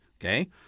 okay